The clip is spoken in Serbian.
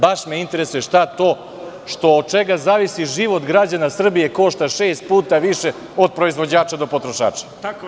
Baš me interesuje šta to od čega zavisi život građana Srbije košta šest puta više od proizvođača do potrošača?